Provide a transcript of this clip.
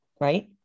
right